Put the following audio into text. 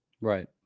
Right